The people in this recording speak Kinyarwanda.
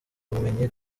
ubumenyi